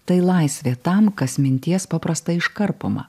tai laisvė tam kas minties paprastai iškarpoma